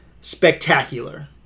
spectacular